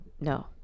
no